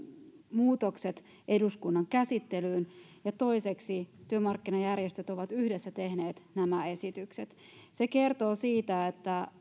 muutokset eduskunnan käsittelyyn ja toiseksi työmarkkinajärjestöt ovat yhdessä tehneet nämä esitykset se kertoo siitä että